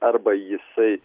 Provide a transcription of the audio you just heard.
arba jisai